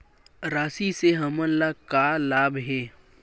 राशि से हमन ला का लाभ हे?